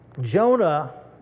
Jonah